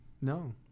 No